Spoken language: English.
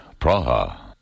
Praha